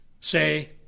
say